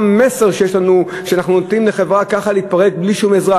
מה המסר שיש לנו כשאנחנו נותנים לחברה ככה להתפרק בלי שום עזרה?